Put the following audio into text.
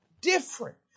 Different